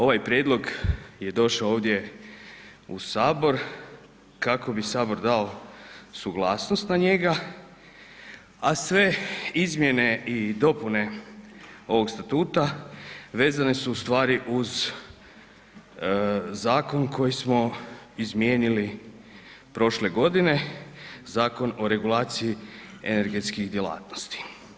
Ovaj prijedlog je došao ovdje u Sabor kako bi Sabor dao suglasnost na njega, a sve izmjene i dopune ovog statuta, vezane su u stvari uz zakon koji smo izmijenili prošle godine, Zakon o regulaciji energetskih djelatnosti.